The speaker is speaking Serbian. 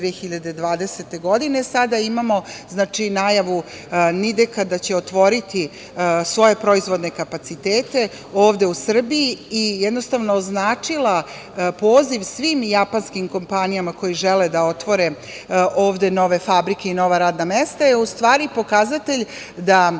2020. godine, sada imamo najavu „Nideka“ da će otvoriti svoje proizvodne kapacitete ovde u Srbiji i jednostavno značila poziv svim japanskim kompanijama koje žele da otvore ovde nove fabrike i nova radna mesta, je u stvari pokazatelj da